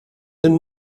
den